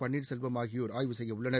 பன்னீர்செல்வம் ஆகியோர் ஆய்வு செய்ய உள்ளனர்